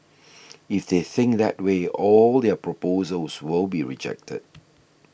if they think that way all their proposals will be rejected